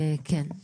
(מקרין שקף,